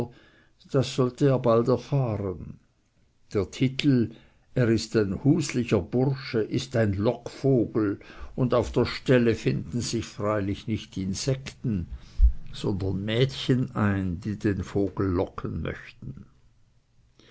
das sollte er bald erfahren der titel es ist ein huslicher bursche ist ein lockvogel und auf der stelle finden sich freilich nicht insekten sondern mädchen ein die den vogel locken möchten